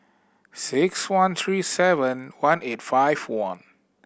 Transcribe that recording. six one three seven one eight five one